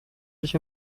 sich